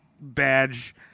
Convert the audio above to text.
badge